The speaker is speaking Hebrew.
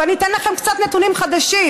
ואני אתן לכם קצת נתונים חדשים: